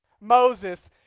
Moses